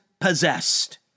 possessed